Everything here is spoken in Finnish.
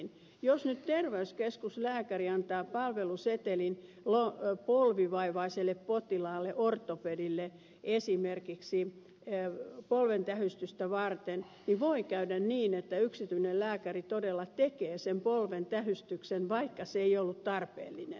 jos nyt terveyskeskuslääkäri antaa palvelusetelin polvivaivaiselle potilaalle ortopedillä käyntiin esimerkiksi polven tähystystä varten voi käydä niin että yksityinen lääkäri todella tekee sen polven tähystyksen vaikka se ei ollut tarpeellinen